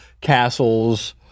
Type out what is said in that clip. castles